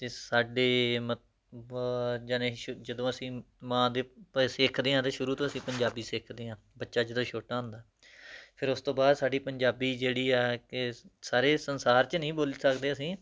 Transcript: ਜੇ ਸਾਡੇ ਮ ਬ ਜਨੇਸ਼ ਜਦੋਂ ਅਸੀਂ ਮਾਂ ਦੇ ਪਏ ਸਿੱਖਦੇ ਹਾਂ ਤਾਂ ਸ਼ੁਰੂ ਤੋਂ ਅਸੀਂ ਪੰਜਾਬੀ ਸਿੱਖਦੇ ਹਾਂ ਬੱਚਾ ਜਦੋਂ ਛੋਟਾ ਹੁੰਦਾ ਫਿਰ ਉਸ ਤੋਂ ਬਾਅਦ ਸਾਡੀ ਪੰਜਾਬੀ ਜਿਹੜੀ ਆ ਕਿ ਸਾਰੇ ਸੰਸਾਰ 'ਚ ਨਹੀਂ ਬੋਲ ਸਕਦੇ ਅਸੀਂ